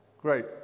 Great